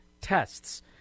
tests